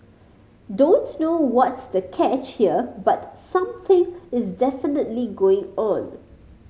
don't know what's the catch here but something is definitely going on